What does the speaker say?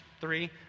three